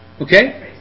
Okay